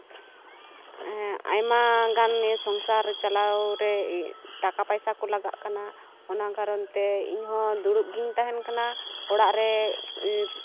ᱟᱭᱢᱟ ᱜᱟᱱ ᱥᱚᱝᱥᱟᱨ ᱪᱟᱞᱟᱣᱨᱮ ᱴᱟᱠᱟ ᱯᱟᱭᱥᱟ ᱠᱚ ᱞᱟᱜᱟᱜ ᱠᱟᱱᱟ ᱚᱱᱟ ᱠᱟᱨᱚᱱᱛᱮ ᱤᱧᱦᱚᱸ ᱫᱩᱲᱩᱵᱜᱤᱧ ᱛᱟᱦᱮᱱ ᱠᱟᱱᱟ ᱚᱲᱟᱜ ᱨᱮ